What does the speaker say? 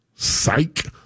Psych